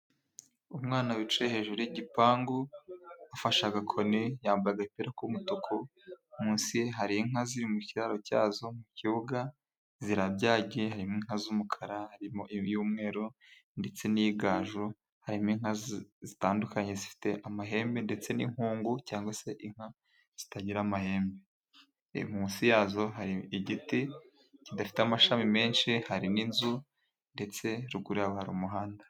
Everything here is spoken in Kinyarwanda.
Umwana wicaye hejuru y'igipangu, ufashe agakoni yambaye agapira k'umutuku. Munsi hari inka ziri mu kiraro cyazo mu kibuga zirabyagiye. Hari inka z'umukara harimo iy'umweru ndetse n'iy'igaju. Harimo inka zitandukanye zifite amahembe ndetse n'inkungu, cyangwa se inka zitagira amahembe. Munsi yazo hari igiti kidafite amashami menshi hari n'inzu, ndetse ruguru y'aho hari umuhanda.